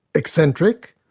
eccentric,